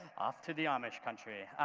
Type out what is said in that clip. off to the amish country.